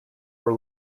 were